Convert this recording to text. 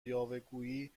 یاوهگویی